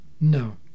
No